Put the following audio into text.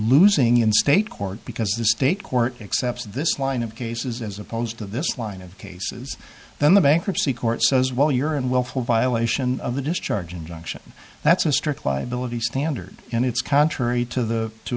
losing in state court because the state court accepts this line of cases as opposed to this line of cases then the bankruptcy court says well you're in willful violation of the discharge injunction that's a strict liability standard and it's contrary to the to